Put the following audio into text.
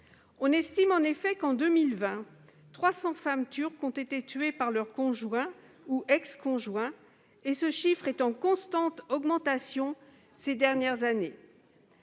On estime en effet que, en 2020, quelque 300 femmes turques ont été tuées par leur conjoint ou ex-conjoint, un chiffre en constante augmentation ces dernières années.